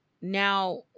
Now